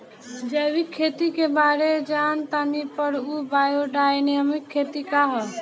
जैविक खेती के बारे जान तानी पर उ बायोडायनमिक खेती का ह?